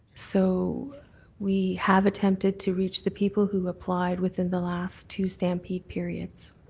so we have attempted to reach the people who replied within the last two stampede periods.